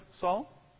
Saul